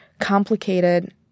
complicated